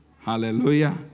Hallelujah